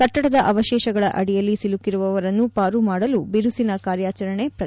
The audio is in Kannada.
ಕಟ್ಟಡದ ಅವಶೇಷಗಳ ಅಡಿಯಲ್ಲಿ ಸಿಲುಕಿರುವವರನ್ನು ಪಾರು ಮಾಡಲು ಬಿರುಸಿನ ಕಾರ್ಯಾಚರಣೆ ಪ್ರಗತಿಯಲ್ಲಿದೆ